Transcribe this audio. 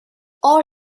all